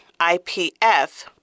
IPF